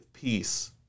peace